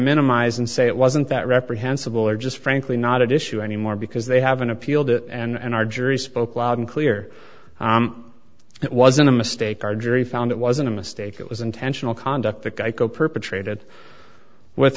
minimize and say it wasn't that reprehensible or just frankly not an issue anymore because they haven't appealed it and our jury spoke loud and clear it wasn't a mistake our jury found it wasn't a mistake it was intentional conduct that geico perpetrated with